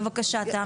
בבקשה, תמי.